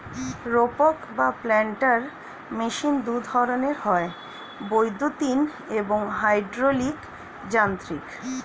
রোপক বা planter machine দুই ধরনের হয়, বৈদ্যুতিন এবং হাইড্রলিক যান্ত্রিক